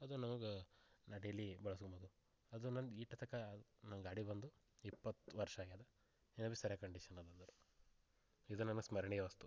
ಅದು ನಮ್ಗೆ ನಾ ಡೈಲಿ ಬಳಸ್ಕೋಬೋದು ಅದು ನಂಗೆ ಇಟೋತಕ ನನ್ನ ಗಾಡಿ ಬಂದು ಇಪ್ಪತ್ತು ವರ್ಷ ಆಗಿದೆ ಇನ್ನು ಬಿ ಸರಿಯಾದ ಕಂಡೀಷನಲ್ಲಿ ಅದು ಇದು ನನ್ನ ಸ್ಮರಣಿಯ ವಸ್ತು